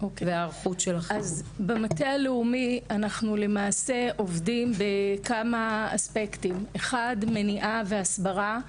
במטה הלאומי אנחנו עובדים בכמה אספקטים: הראשון מניעה והסברה,